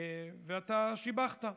ואתה שיבחת,